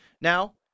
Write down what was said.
Now